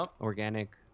organic